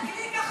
חבר הכנסת גליק,